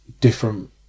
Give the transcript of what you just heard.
different